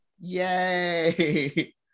yay